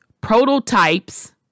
prototypes